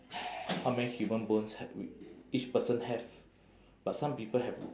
how many human bones h~ y~ each person have but some people have